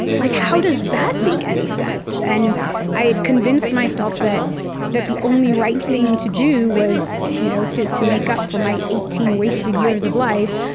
like how does that make any sense? and i had convinced myself that that the only right thing to do was you know to to make up for my eighteen wasted years of life,